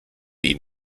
ihn